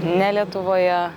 ne lietuvoje